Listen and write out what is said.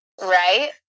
Right